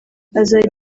azajya